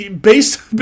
Based